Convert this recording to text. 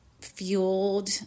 fueled